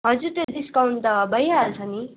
हजुर त्यो डिस्काउन्ट त भइहाल्छ नि